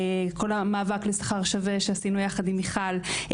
המאבק לשכר שווה שעשינו יחד עם מיכל,